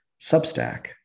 Substack